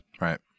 Right